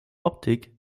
optik